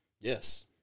Yes